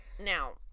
now